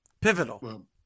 pivotal